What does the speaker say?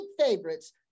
favorites